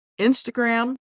Instagram